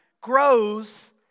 grows